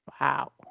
wow